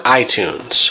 iTunes